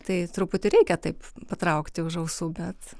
tai truputį reikia taip patraukti už ausų bet